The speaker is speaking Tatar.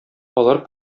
алар